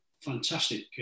fantastic